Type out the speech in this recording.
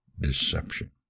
deception